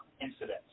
incidents